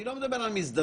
אני לא מדבר על מסדרון.